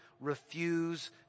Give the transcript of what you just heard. refuse